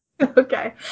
Okay